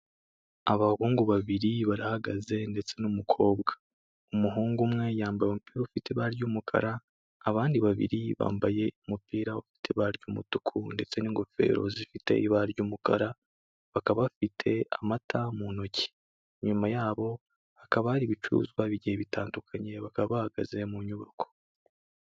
Abahungu babiri barahagaze ndetse n'umukobwa. Umuhungu umwe yambaye umupira ufite ibara ry'umukara, abandi babiri bambaye umupira ufite ibara ry'umutuku ndetse n'ingofero zifite ibara ry'umukara, bakaba bafite amata mu ntoki. Nyuma yabo hakaba hari ibicuruzwa igihe bitandukanye, bakaba bahagaze mu nyubako.